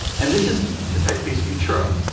and this is the typeface futura.